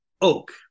oak